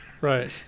Right